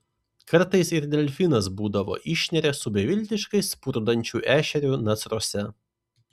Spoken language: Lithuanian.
kartais ir delfinas būdavo išneria su beviltiškai spurdančiu ešeriu nasruose